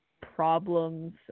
problems